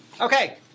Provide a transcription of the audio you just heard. Okay